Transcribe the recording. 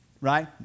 right